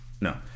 No